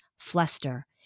Fluster